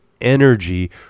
energy